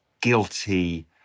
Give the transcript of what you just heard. guilty